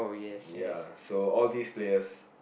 ya so all these players